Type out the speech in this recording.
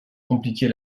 compliquer